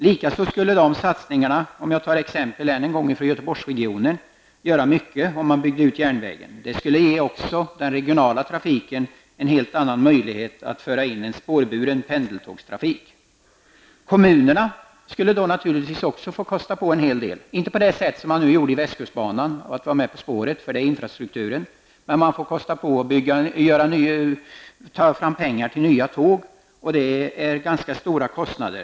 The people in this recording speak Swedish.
Dessa satsningar skulle innebära mycket, exempelvis i Göteborgsregionen, för en utbyggnad av järnvägen. Det skulle också ge den regionala trafiken en helt annan möjlighet att föra in en spårburen pendeltågstrafik. Kommunerna skulle naturligtvis också få kosta på en hel del, men inte på det sätt som var fallet med västkustbanan. Där fick man vara med och bekosta spåret, men det tillhör infrastrukturen. Kommunerna får ta fram pengar till nya tåg, och det är ganska stora kostnader.